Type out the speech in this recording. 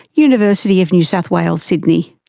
university of new south wales, sydney.